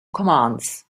commands